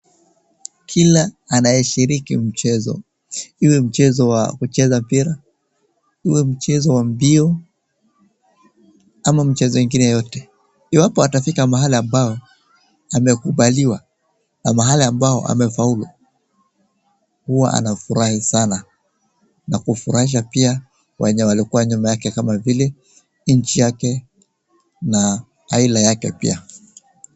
Kila anayeshiriki mchezo, iwe mchezo wa kucheza mpira uwe mchezo wa mbio ama mchezo ingine yoyote , iwapo atafika mahali ambao amekubaliwa au mahali ambao amefaulu huwa anafurahi sana na kufurahisha pia wenye walikuwa nyuma yake kama vile nchi yake na aila yake pia.